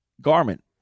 garment